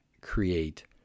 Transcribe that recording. create